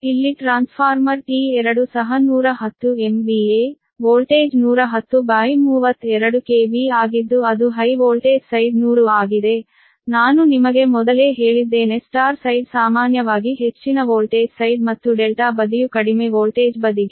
ಇಲ್ಲಿ transformer T2 ಸಹ 110 MVA voltage 11032 kV ಆಗಿದ್ದು ಅದು ಹೈ ವೋಲ್ಟೇಜ್ ಸೈಡ್ 100 ಆಗಿದೆ ನಾನು ನಿಮಗೆ ಮೊದಲೇ ಹೇಳಿದ್ದೇನೆ Y ಸೈಡ್ ಸಾಮಾನ್ಯವಾಗಿ ಹೆಚ್ಚಿನ ವೋಲ್ಟೇಜ್ ಸೈಡ್ ಮತ್ತು ∆ ಬದಿಯು ಕಡಿಮೆ ವೋಲ್ಟೇಜ್ ಬದಿಗೆ